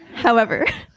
however,